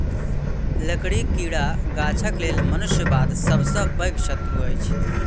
लकड़ीक कीड़ा गाछक लेल मनुष्य बाद सभ सॅ पैघ शत्रु अछि